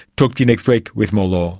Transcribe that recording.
talk to you next week with more law